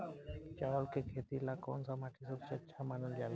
चावल के खेती ला कौन माटी सबसे अच्छा मानल जला?